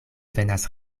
venas